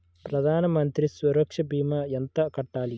ప్రధాన మంత్రి సురక్ష భీమా ఎంత కట్టాలి?